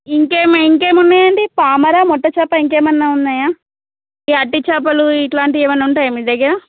ఇంకా ఏమి ఇంకా ఏమి ఉన్నాయండి పామర మొట్ట చేప ఇంకా ఏమన్న ఉన్నాయా ఈ అట్టి చేపలు ఇలాంటివి ఏమన్న ఉంటాయా మీ దగ్గర